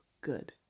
good